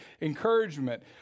encouragement